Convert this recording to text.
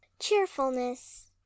Cheerfulness